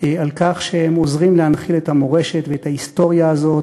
על כך שהם עוזרים להנחיל את המורשת ואת ההיסטוריה הזאת,